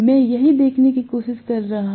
मैं यही देखने की कोशिश कर रहा हूं